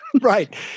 Right